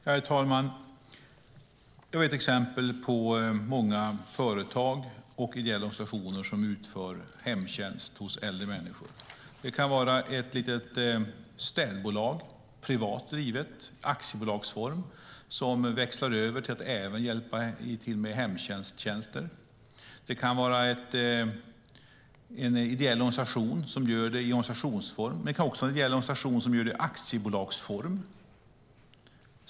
Herr talman! Jag vet exempel på många företag och ideella organisationer som utför hemtjänst hos äldre människor. Det kan vara ett litet städbolag, privat drivet i aktiebolagsform, som växlat över till att även hjälpa till med tjänster inom hemtjänsten. Det kan vara en ideell organisation som gör det i organisationsform, men det kan också vara en ideell organisation som gör det i aktiebolagsform.